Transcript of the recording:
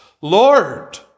Lord